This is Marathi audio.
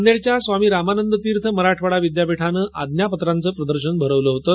नांदेडच्यास्वामी रामानंद तीर्थ मराठवाडा विद्यापीठाने आज्ञा पत्रांच प्रदर्शन भरवलं होतं